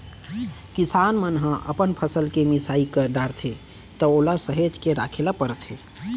किसान मन ह अपन फसल के मिसाई कर डारथे त ओला सहेज के राखे ल परथे